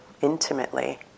intimately